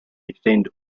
extend